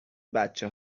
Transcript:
بچه